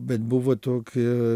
bet buvo tokie